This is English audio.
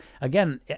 again